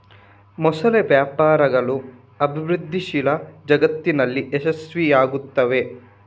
ಮೊಸಳೆ ವ್ಯಾಪಾರಗಳು ಅಭಿವೃದ್ಧಿಶೀಲ ಜಗತ್ತಿನಲ್ಲಿ ಯಶಸ್ವಿಯಾಗುತ್ತವೆ